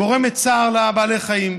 גורמת צער לבעלי חיים.